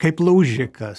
kaip laužikas